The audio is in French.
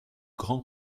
grand